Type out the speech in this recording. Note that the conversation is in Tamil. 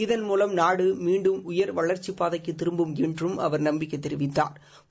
இதன் மூலம் நாடு மீண்டும் உயர் வளர்ச்சிப் பாதைக்கு திரும்பும் என்றும் அவர் நம்பிக்கை தெரிவித்தாா்